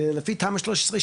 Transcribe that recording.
לפי תמ"א 6/13,